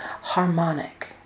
harmonic